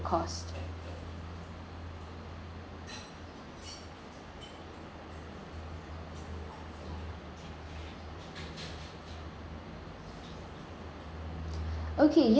okay yes the food